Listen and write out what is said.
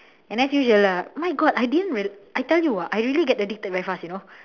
and as usual lah my god I didn't real I tell you ah I really get addicted very fast you know